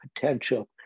potential